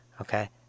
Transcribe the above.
Okay